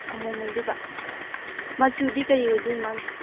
ꯑꯃꯣꯝ ꯑꯣꯏꯗꯣꯏꯕ ꯃꯆꯨꯗꯤ ꯀꯔꯤ ꯑꯣꯏꯗꯣꯏꯅꯣ ꯃꯥꯒꯤꯁꯦ